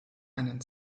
einen